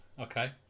Okay